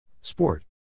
Sport